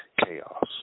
chaos